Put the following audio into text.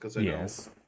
Yes